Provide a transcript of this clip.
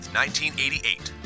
1988